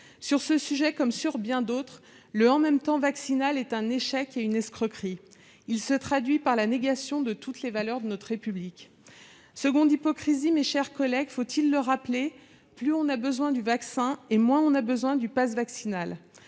Sur ce sujet, comme sur bien d'autres, le « en même temps » vaccinal est un échec et une escroquerie ; il se traduit par la négation de toutes les valeurs de notre République. Deuxièmement- faut-il le rappeler ?-, plus on a besoin du vaccin, moins on a besoin du passe vaccinal.